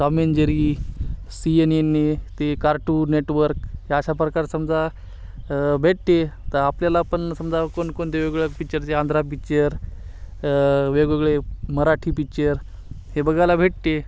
Tom and Jerry C N N ए ते cartoon network या अशा प्रकारं समजा भेटते त आपल्याला पण समजा कोणकोणते वेगवेगळ्या पिक्चरचे आंध्रा पिक्चर वेगवेगळे मराठी पिच्चर हे बघायला भेटते